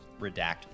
redact